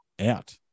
out